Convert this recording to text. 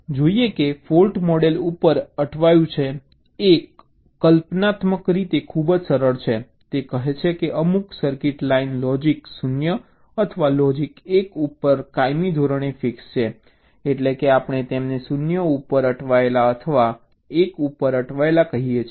ચાલો જોઈએ કે ફૉલ્ટ મૉડલ ઉપર અટવાયું એ કલ્પનાત્મક રીતે ખૂબ જ સરળ છે તે કહે છે કે અમુક સર્કિટ લાઇન લોજિક 0 અથવા લોજિક 1 ઉપર કાયમી ધોરણે ફિક્સ છે એટલે કે આપણે તેમને 0 ઉપર અટવાયેલા અથવા 1 ઉપર અટવાયેલા કહીએ છીએ